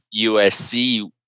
USC